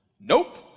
nope